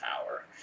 power